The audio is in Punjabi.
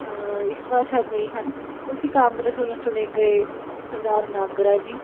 ਇਸ ਵਾਰ ਸ਼ਾਇਦ ਨਹੀਂ ਹਨ ਉਹ ਸੀ ਕਾਂਗਰਸ ਵੱਲੋਂ ਚੁਣੇ ਗਏ ਸਰਦਾਰ ਨਾਗਰਾ ਜੀ